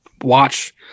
watch